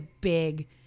big